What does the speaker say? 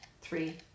Three